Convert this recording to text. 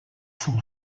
son